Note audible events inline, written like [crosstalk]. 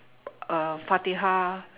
[noise] uh fatihah